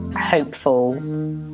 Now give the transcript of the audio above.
hopeful